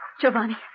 Giovanni